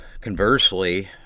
conversely